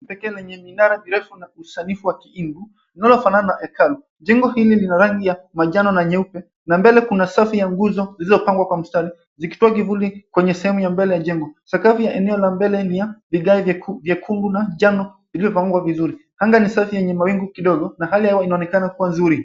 Jengo lenye minara dirisha refu na usanifu wa kiingereza unaofana na hekalu. Jengo hili lina rangi ya majano na nyeupe na mbele kuna safu ya nguzo zilizopangwa kwa mstari zikitoa kivuli kwenye sehemu ya mbele ya jengo. Sakafu ya eneo la mbele ni ya vigae vyekundu na njano vilivyofungwa vizuri. Anga ni safi yenye mawingu kidogo na hali ya hewa inaonekana kuwa nzuri.